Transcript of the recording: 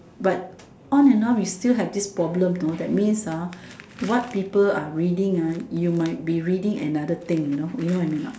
but on and off you still have this problem you know that means what people are reading you might be reading another thing you know you know what I mean or not